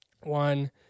one